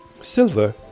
silver